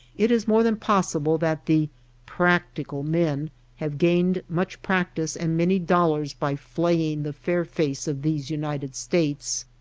it is more than possible that the practical men have gained much practice and many dol lars by flaying the fair face of these united states.